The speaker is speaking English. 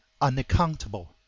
unaccountable